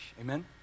amen